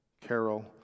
Carol